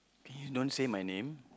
can you don't say my name